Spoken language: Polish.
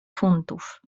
funtów